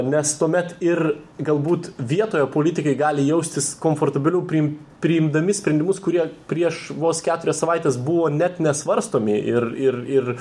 nes tuomet ir galbūt vietoje politikai gali jaustis komfortabiliau priim priimdami sprendimus kurie prieš vos keturias savaites buvo net nesvarstomi ir ir ir